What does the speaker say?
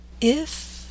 If—